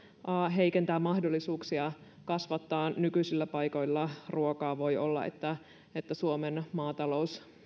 heikentää mahdollisuuksia kasvattaa nykyisillä paikoilla ruokaa voi olla että että suomen